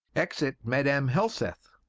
exit madam helseth